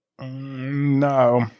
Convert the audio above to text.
No